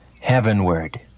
heavenward